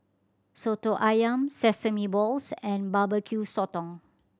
Soto Ayam sesame balls and Barbecue Sotong